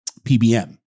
PBM